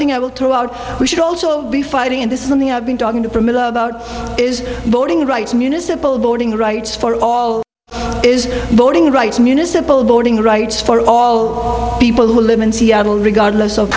thing i will throw out we should also be fighting and this is something i've been talking to for middle about is voting rights municipal voting rights for all is voting rights municipal voting rights for all people who live in seattle regardless of